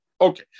Okay